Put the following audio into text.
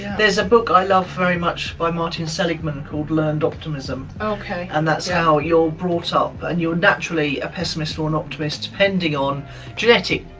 there's a book i love very much by martin seligman called learned optimism. okay. and that's how you're brought up. and you're naturally a pessimist or an optimist depending on genetic,